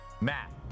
Matt